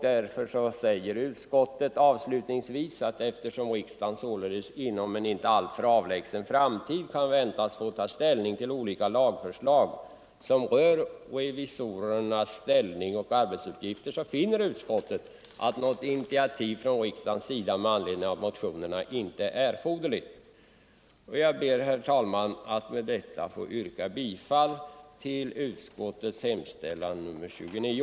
Utskottet säger avslutningsvis: ”Eftersom riksdagen således inom en inte alltför avlägsen framtid kan väntas få ta ställning till olika lagförslag som rör revisorernas ställning och arbetsuppgifter finner utskottet att något initiativ från riksdagens sida med anledning av motionen inte är erforderligt.” Jag ber med detta, herr talman, att få yrka bifall till utskottets hemställan i betänkande nr 29.